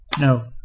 No